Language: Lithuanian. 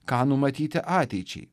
ką numatyti ateičiai